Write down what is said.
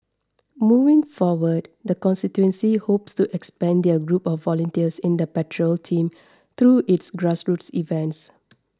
moving forward the constituency hopes to expand their group of volunteers in the patrol team through its grassroots events